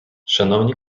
шановні